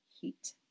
heat